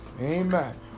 Amen